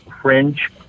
Fringe